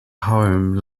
home